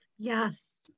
Yes